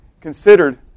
considered